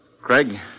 Craig